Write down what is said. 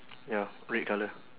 ya red colour